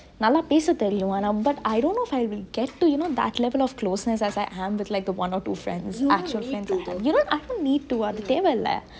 நல்லா பேச தெரியு ஆனா:nalla pese teriyu aana but I don't know if I will get to that level of closeness as I am with those one or two friends you know I don't need to அது தேவ இல்ல:athu teve ille